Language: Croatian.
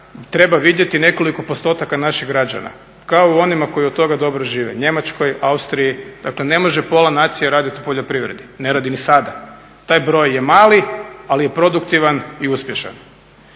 treba vidjeti nekoliko postotaka naših građana kao u onima koji od toga dobro žive Njemačkoj, Austriji. Dakle, ne može pola nacije raditi u poljoprivredi, ne radi ni sada. Taj broj je mali ali je produktivan i uspješan.